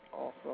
Awesome